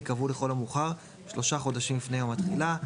ייקבעו לכל המאוחר שלושה חודשים לפני יום התחילה".